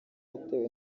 yatewe